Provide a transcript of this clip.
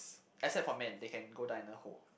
except for men they can go die in a hole